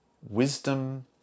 wisdom